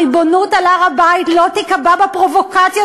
הריבונות על הר-הבית לא תיקבע בפרובוקציות